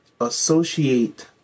associate